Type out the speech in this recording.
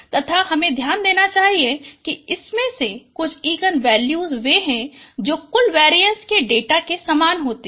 तथा हमें ध्यान देना चाहिए कि इनमें से कुछ इगन मूल्य वे हैं जो कुल वेरीएंस के डेटा के समान होती हैं